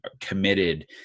committed